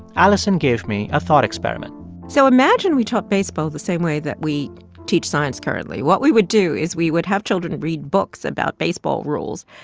alison gave me a thought experiment so imagine we taught baseball the same way that we teach science currently. what we would do is we would have children read books about baseball rules.